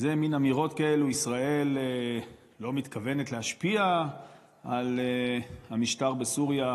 זה מין אמירות כאלה: ישראל לא מתכוונת להשפיע על המשטר בסוריה,